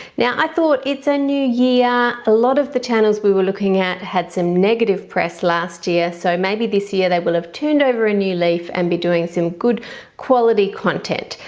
now i thought it's a new year a lot of the channels we were looking at had some negative press last year so maybe this year they will have turned over a new leaf and be doing some good quality content.